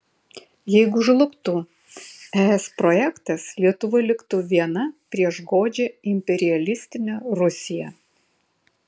jeigu žlugtų es projektas lietuva liktų viena prieš godžią imperialistinę rusiją